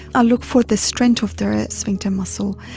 i look for the strength of their sphincter muscle.